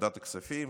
ועדת הכספים